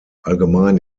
allgemein